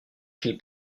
qu’il